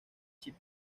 chip